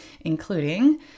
including